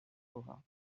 forain